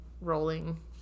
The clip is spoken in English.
rolling